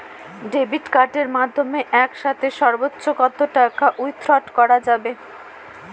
Debit কার্ডের মাধ্যমে একসাথে সর্ব্বোচ্চ কত টাকা উইথড্র করা য়ায়?